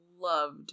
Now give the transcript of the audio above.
loved